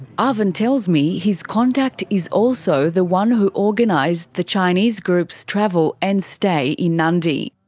arvind tells me his contact is also the one who organised the chinese group's travel and stay in nadi.